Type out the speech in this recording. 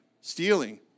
stealing